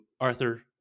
Arthur